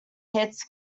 hits